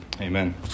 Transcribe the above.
Amen